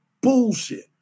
bullshit